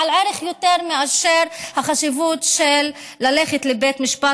בעל ערך יותר מאשר החשיבות של ללכת לבית משפט